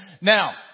Now